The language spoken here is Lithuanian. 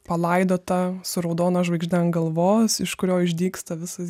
palaidotą su raudona žvaigžde ant galvos iš kurio išdygsta visas